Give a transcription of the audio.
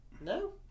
no